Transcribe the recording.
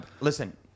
Listen